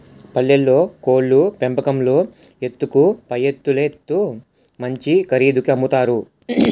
పల్లెల్లో కోళ్లు పెంపకంలో ఎత్తుకు పైఎత్తులేత్తు మంచి ఖరీదుకి అమ్ముతారు